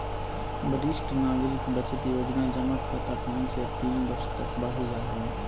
वरिष्ठ नागरिक बचत योजना जमा खाता पांच या तीन वर्ष तक बढ़ल जा हइ